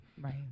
Right